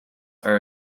are